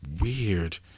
weird